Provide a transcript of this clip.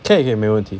可以可以没问题